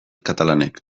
katalanek